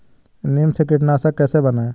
नीम से कीटनाशक कैसे बनाएं?